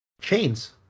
chains